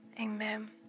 Amen